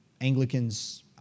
Anglicans